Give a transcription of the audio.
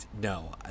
no